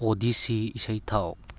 odyssey ꯏꯁꯩ ꯊꯥꯎ